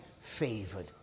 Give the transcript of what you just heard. favored